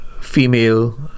female